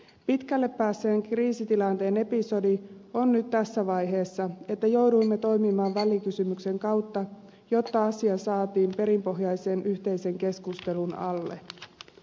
pitkälle päässeen kriisitilanteen episodi on nyt tässä vaiheessa että jouduimme toimimaan välikysymyksen kautta jotta asia saatiin perinpohjaisen yhteisen keskustelun alle